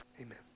amen